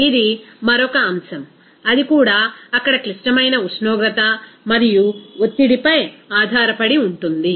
ఇది మరొక అంశం అది కూడా అక్కడ క్లిష్టమైన ఉష్ణోగ్రత మరియు ఒత్తిడిపై ఆధారపడి ఉంటుంది